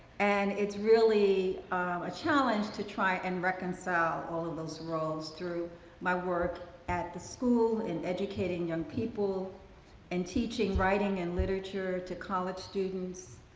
and it's really a challenge to try and reconcile all of those roles through my work at the school in educating young people and teaching writing and literature to college students,